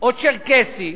או צ'רקסי,